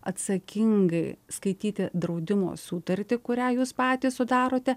atsakingai skaityti draudimo sutartį kurią jūs patys sudarote